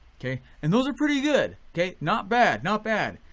and those are pretty good. not bad, not bad.